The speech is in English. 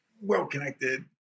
well-connected